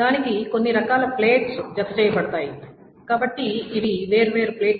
దానికి కొన్ని రకాల ప్లేట్లు జతచేయబడతాయి కాబట్టి ఇవి వేర్వేరు ప్లేట్లు